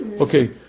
Okay